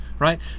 Right